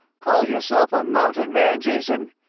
call yourself a mountain man, jason?